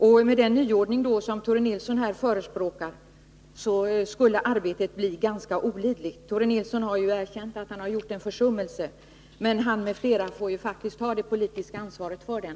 Med en sådan nyordning som Tore Nilsson nu förespråkar skulle arbetet bli orimligt. Tore Nilsson har erkänt att han har gjort en försummelse, men han och andra får faktiskt ta det politiska ansvaret för den.